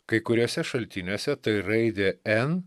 kai kuriuose šaltiniuose tai raidė n